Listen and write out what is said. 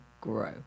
grow